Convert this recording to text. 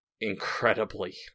incredibly